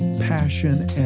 Passion